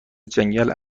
جنگل